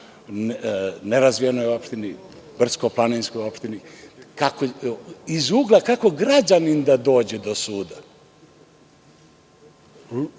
nerazvijenoj opštini, brdsko-planinskoj opštini. Iz ugla kako građanin da dođe do suda,